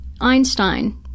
Einstein